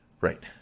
right